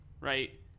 right